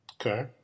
okay